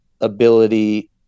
ability